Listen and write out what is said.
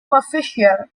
official